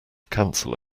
cancel